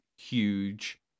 huge